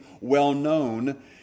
well-known